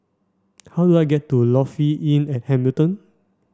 how do I get to Lofi Inn at Hamilton